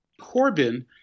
Corbyn